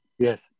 Yes